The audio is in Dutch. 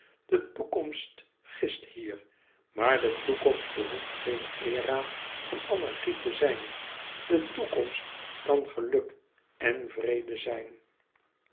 de toekomst gist hier maar de toekomst behoeft geen aera van anarchie te zijn de toekomst kan geluk en vrede zijn